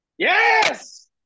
Yes